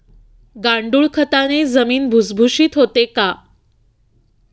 गांडूळ खताने जमीन भुसभुशीत होते का?